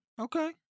Okay